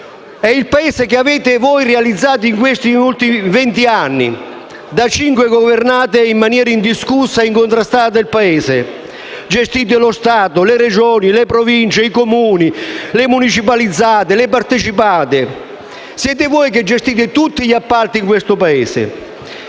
È il Paese che avete realizzato negli ultimi venti anni. Da cinque anni governate in maniera indiscussa e incontrastata il Paese: gestite lo Stato, le Regioni, le Province, i Comuni, le municipalizzate, le partecipate. Siete voi che gestite tutti gli appalti nel Paese.